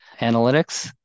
analytics